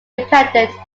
independent